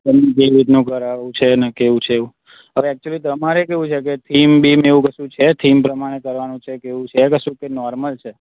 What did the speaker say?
તમને કેવી રીતનું કરાવવું છે ને કેવું છે એવું હવે એચયુલી તમારે કેવું છે કે થીમ બીમ એવું કશું છે થીમ પ્રમાણે કરવાનું છે કે એવું છે કશું કે નોર્મલ છે